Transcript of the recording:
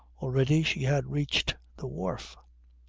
already she had reached the wharf.